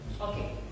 okay